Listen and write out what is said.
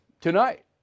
tonight